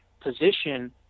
position